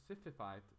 specified